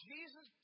Jesus